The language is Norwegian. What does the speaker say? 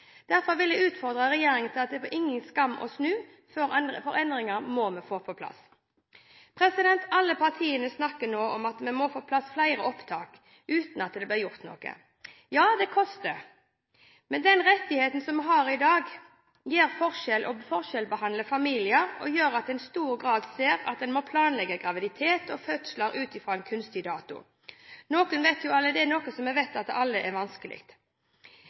Derfor vil jeg utfordre regjeringen på at det er ingen skam å snu, for endringer må vi få på plass. Alle partiene snakker nå om at vi må få på plass flere opptak, uten at det blir gjort noe. Ja, det koster. Men den rettigheten som vi har i dag, forskjellsbehandler familier og gjør at en i stor grad ser at en må planlegge graviditet og fødsel ut fra en kunstig dato – noe vi alle vet er vanskelig. Det er derfor viktig å sikre at alle